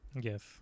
Yes